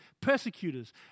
persecutors